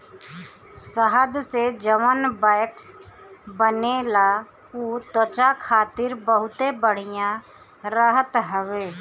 शहद से जवन वैक्स बनेला उ त्वचा खातिर बहुते बढ़िया रहत हवे